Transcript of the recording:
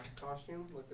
costume